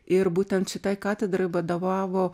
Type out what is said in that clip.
ir būtent šitai katedrai vadovavo